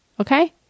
okay